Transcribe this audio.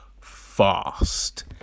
fast